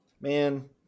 Man